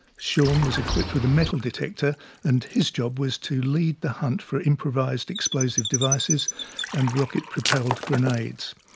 shaun was equipped with a metal detector and his job was to lead the hunt for improvised explosive devices and rocket propelled grenades.